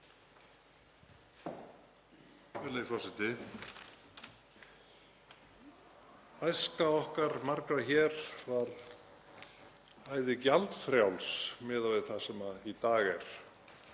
Æska okkar margra hér var æði gjaldfrjáls miðað við það sem í dag er.